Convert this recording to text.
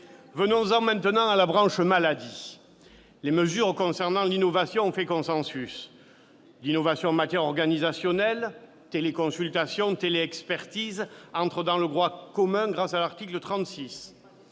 Venons-en maintenant à la branche maladie. Les mesures concernant l'innovation ont fait consensus. L'innovation en matière organisationnelle- téléconsultation et télé-expertise -entre dans le droit commun grâce à l'article 36.